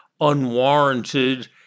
unwarranted